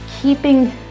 keeping